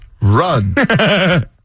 Run